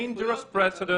תן לו לגמור.